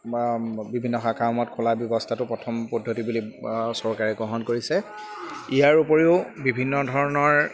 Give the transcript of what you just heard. বিভিন্ন শাখাসমূত খোলা ব্যৱস্থাটো প্ৰথম পদ্ধতি বুলি চৰকাৰে গ্ৰহণ কৰিছে ইয়াৰ উপৰিও বিভিন্ন ধৰণৰ